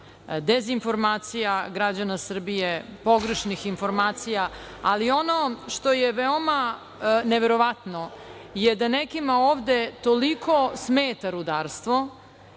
dezinformacija građana Srbije, pogrešnih informacija, ali ono što je veoma neverovatno je da nekima ovde toliko smeta rudarstvo